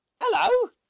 Hello